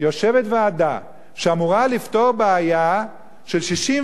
יושבת ועדה שאמורה לפתור בעיה של 64